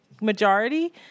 majority